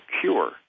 cure